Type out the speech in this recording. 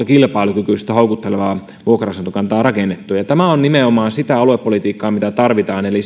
kilpailukykyistä houkuttelevaa vuokra asuntokantaa rakennettua tämä on nimenomaan sitä aluepolitiikkaa mitä tarvitaan eli